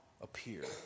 appear